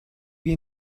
wie